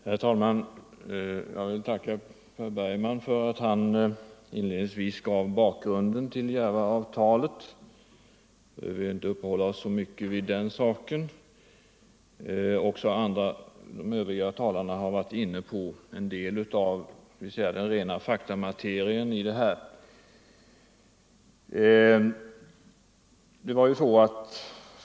Herr talman! Jag vill tacka herr Bergman för att han inledningsvis gav bakgrunden till Järvaavtalet. Då behöver jag inte uppehålla mig så mycket vid den saken. Även de övriga talarna har varit inne på en del av det rena faktamaterialet.